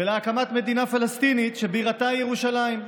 ולהקמת מדינה פלסטינית שבירתה ירושלים.